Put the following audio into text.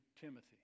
Timothy